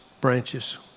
branches